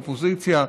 אופוזיציה,